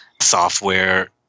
software